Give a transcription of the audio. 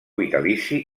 vitalici